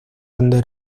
donde